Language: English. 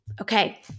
Okay